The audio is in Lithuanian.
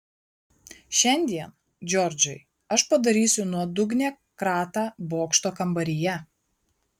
šiandien džordžai aš padarysiu nuodugnią kratą bokšto kambaryje